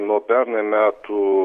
nuo pernai metų